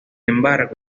embargo